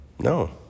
No